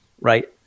right